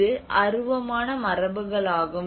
இது அருவமான மரபுகளாகும்